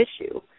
issue